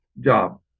job